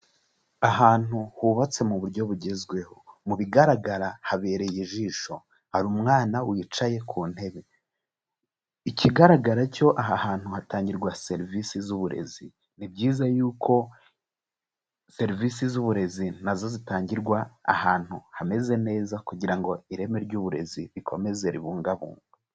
Ahantu hubatse mu buryo bugezweho, mu bigaragara habereye ijisho, hari umwana wicaye ku ntebe, ikigaragara cyo aha hantu hatangirwa serivisi z'uburezi, ni byiza yuko serivisi z'uburezi na zo zitangirwa ahantu hameze neza kugira ngo ireme ry'uburezi rikomeze ribungabungwe.